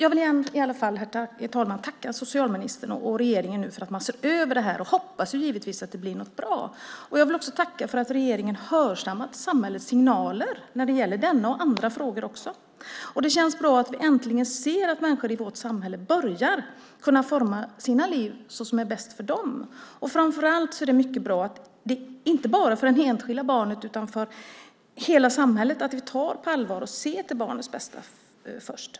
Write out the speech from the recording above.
Jag vill i alla fall tacka socialministern och regeringen för att man ser över det här, och jag hoppas givetvis att det blir något bra. Jag vill också tacka för att regeringen har hörsammat samhällets signaler när det gäller denna och andra frågor. Det känns bra att vi äntligen ser att människor i vårt samhälle börjar kunna forma sina liv på det sätt som är bäst för dem. Framför allt är det mycket bra inte bara för det enskilda barnet utan för hela samhället att vi tar detta på allvar och ser till barnets bästa först.